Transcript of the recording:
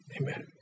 Amen